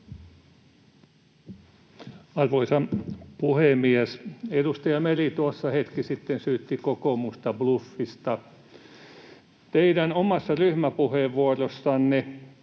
Arvoisa puhemies! Edustaja Meri tuossa hetki sitten syytti kokoomusta bluffista. Teidän omassa ryhmäpuheenvuorossanne